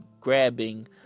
grabbing